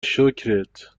شکرت